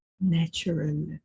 natural